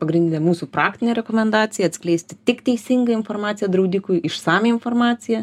pagrindinė mūsų praktinė rekomendacija atskleisti tik teisingą informaciją draudikui išsamią informaciją